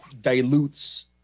dilutes